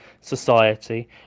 society